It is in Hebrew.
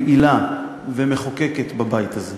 פעילה ומחוקקת בבית הזה.